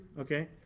okay